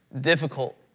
difficult